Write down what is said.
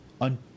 on